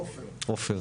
ממד"א,